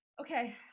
Okay